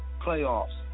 playoffs